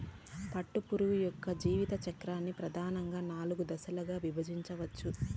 పట్టుపురుగు యొక్క జీవిత చక్రాన్ని ప్రధానంగా నాలుగు దశలుగా విభజించవచ్చు